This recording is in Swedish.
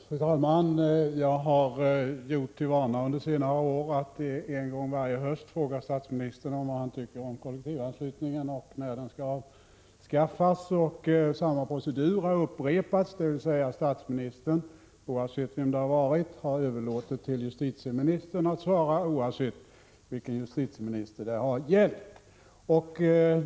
Fru talman! Jag har under senare år gjort till vana att en gång varje höst fråga statsministern vad han tycker om kollektivanslutningen och om när den skall avskaffas. Samma procedur har upprepats: Statsministern, oavsett vem det har varit, har överlåtit till justitieministern att svara, oavsett vilken justitieministern har varit.